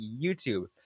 YouTube